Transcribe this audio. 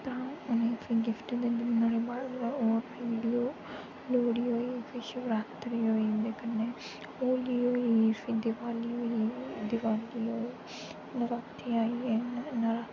भ्राऽ उ'नें गी फिर गिफ्ट दिंदे न फिर लोह्ड़ी होई फिर शिवरात्री होई इं'दे कन्नै होली होई फिर दिवाली होई दिवाली नराते आइये नराते आइये